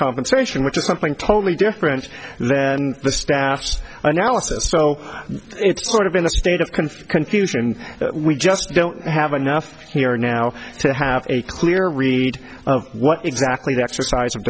compensation which is something totally different than the staff's analysis so it's sort of in a state of conflict confusion and we just don't have enough here now to have a clear read of what exactly the exercise of